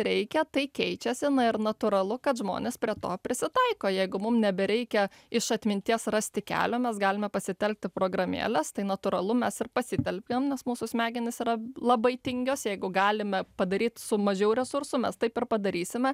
reikia tai keičiasi na ir natūralu kad žmonės prie to prisitaiko jeigu mum nebereikia iš atminties rasti kelio mes galime pasitelkti programėles tai natūralu mes ir pasitelkiam nes mūsų smegenys yra labai tingios jeigu galime padaryt su mažiau resursų mes taip ir padarysime